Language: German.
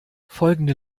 folgende